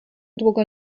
długo